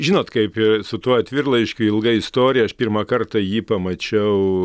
žinot ir kaip ir su tuo atvirlaiškiu ilga istorija aš pirmą kartą jį pamačiau